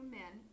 men